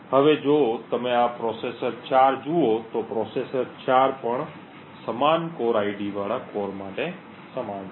હવે જો તમે પ્રોસેસર 4 જુઓ તો પ્રોસેસર 4 પણ સમાન કોર આઈડીવાળા કોર માટે સમાન છે